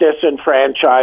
disenfranchised